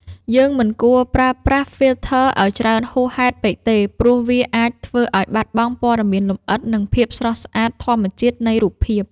យើងមិនគួរប្រើប្រាស់ ហ្វីលធ័រ ឱ្យច្រើនហួសហេតុពេកទេ ព្រោះវាអាចធ្វើឱ្យបាត់បង់ព័ត៌មានលម្អិត និងភាពស្រស់ស្អាតធម្មជាតិនៃរូបភាព។